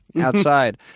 Outside